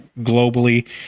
Globally